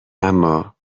اما